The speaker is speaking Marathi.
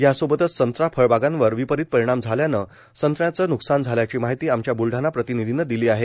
यासोबतच संत्रा फळबागांवर विपरीत परिणाम झाल्यानं संत्र्याचं नुकसान झाल्याची माहिती आमच्या बुलढाणा प्रतिनिधींनी दिली आहे